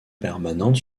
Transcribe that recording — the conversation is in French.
permanente